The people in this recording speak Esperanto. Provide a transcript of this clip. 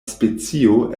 specio